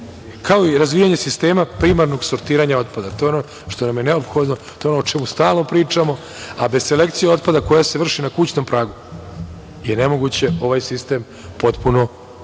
kao i razvijanje sistema primarnog sortiranja otpada. To je ono što nam je neophodno. To je ono o čemu stalno pričamo, a bez selekcije otpada koja se vrši na kućnom pragu je nemoguće ovaj sistem potpuno zaokružiti.